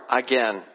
again